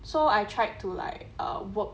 so I tried to like uh work